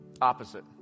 opposite